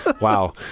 Wow